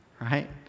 right